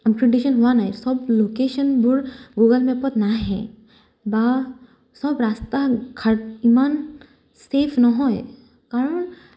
হোৱা নাই চব লোকেশ্যনবোৰ গুগল মেপত নাহে বা চব ৰাস্তা ইমান ছেফ নহয় কাৰণ